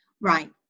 Right